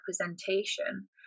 representation